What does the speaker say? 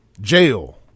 Jail